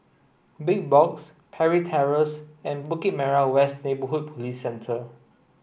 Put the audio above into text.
Big Box Parry Terrace and Bukit Merah West Neighbourhood Police Centre